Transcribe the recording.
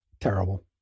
Terrible